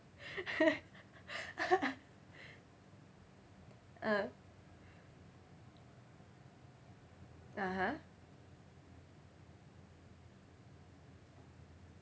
ah (uh huh)